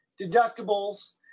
deductibles